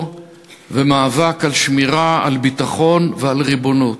ומאבק על שמירה על ביטחון ועל ריבונות.